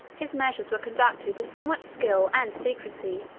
his measures were conducted with so much skill and secrecy,